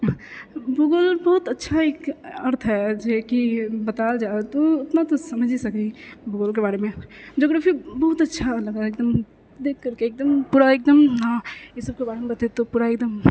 भूगोल बहुत अच्छा एक अर्थ है जेकी बतावल जाए तो ऊतना तो समझ ही सकै भूगोलके बारेमे जोग्रफी बहुत अच्छा लगऽ है एकदम देखकरके एकदम पूरा एकदम अहाँ ईसबके बारेमे बतेतहुँ पूरा एकदम